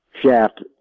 shaft